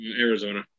Arizona